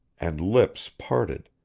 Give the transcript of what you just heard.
and lips parted,